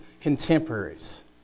contemporaries